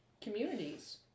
Communities